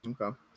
Okay